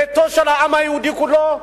ביתו של העם היהודי כולו,